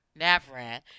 Navran